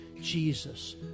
Jesus